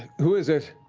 who is it?